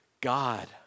God